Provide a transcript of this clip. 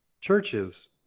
churches